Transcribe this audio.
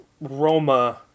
Roma